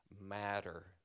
matter